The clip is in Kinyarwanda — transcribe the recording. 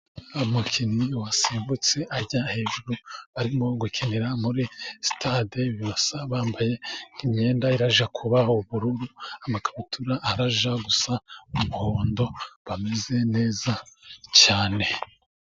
Umukinnyi wasimbutse ajya hejuru arimo gukinira muri sitade. Bisa bambaye imyenda ijya kuba ubururu, amakabutura ajya gusa umuhondo, bameze neza cyane.